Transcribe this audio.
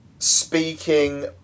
Speaking